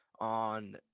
on